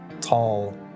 tall